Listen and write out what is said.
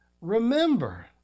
Remember